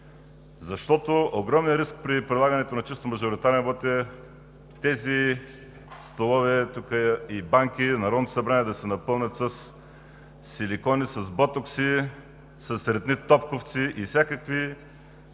Защото огромният риск при прилагането на чисто мажоритарен вот е тези столове и банки в Народното събрание да се напълнят със силикони, с ботокси, с ритнитопковци и всякакви